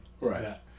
Right